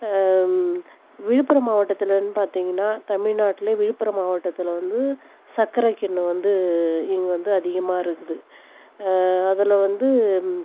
விழுப்புரம் மாவட்டத்துலேன்னு பார்த்தீங்கனா தமிழ்நாட்டில் விழுப்புரம் மாவட்டத்தில் வந்து சக்கரை கிண்ணம் வந்து இங்கே வந்து அதிகமாக இருக்குது அதில் வந்து